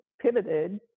pivoted